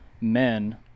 men